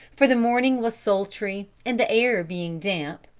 for the morning was sultry, and the air being damp,